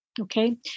Okay